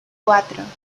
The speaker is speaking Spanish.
cuatro